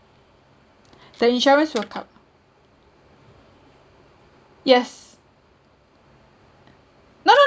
the insurance will count yes no no